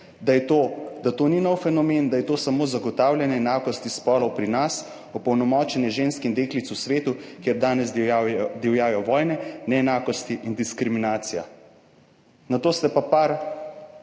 da to ni nov fenomen, da je to samo zagotavljanje enakosti spolov pri nas, opolnomočenje žensk in deklic v svetu, kjer danes divjajo vojne, neenakosti in diskriminacija. Nato ste pa par